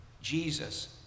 Jesus